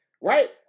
right